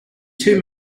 two